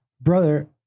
brother